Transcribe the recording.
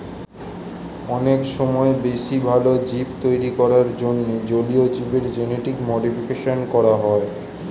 অনেক সময় বেশি ভালো জীব তৈরী করার জন্যে জলীয় জীবের জেনেটিক মডিফিকেশন করা হয়